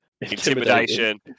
Intimidation